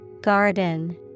Garden